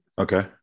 Okay